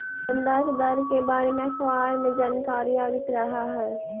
संदर्भ दर के बारे में अखबार में जानकारी आवित रह हइ